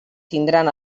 tindran